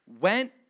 went